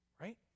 Right